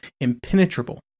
impenetrable